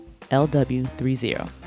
LW30